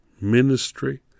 ministry